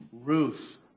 Ruth